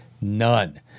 none